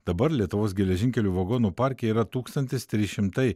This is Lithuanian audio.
dabar lietuvos geležinkelių vagonų parke yra tūkstantis trys šimtai